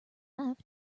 left